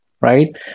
right